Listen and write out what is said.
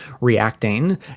reacting